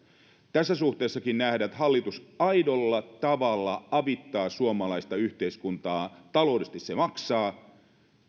tässä suhteessakin nähdään että hallitus aidolla tavalla avittaa suomalaista yhteiskuntaa taloudellisesti se maksaa